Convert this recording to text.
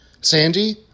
Sandy